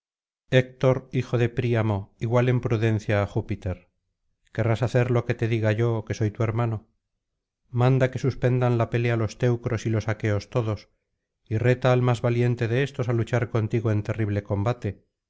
héctor hijo de príamo igual en prudencia á júpiter querrás hacer lo que te diga yo que soy tu hermano manda que suspendan la pelea los teneros y los aqueos todos y reta al más valiente de éstos á luchar contigo en terrible combate